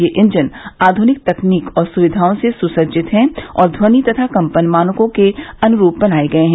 ये इंजन आध्निक तकनीक और सुविधाओं से सुसज्जित हैं और ध्वनि तथा कम्पन मानकों के अनुरूप बनाये गये हैं